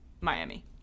Miami